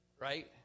right